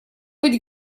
быть